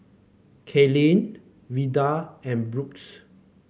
Katlyn Veva and Books